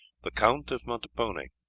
the count of montepone,